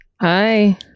Hi